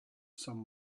some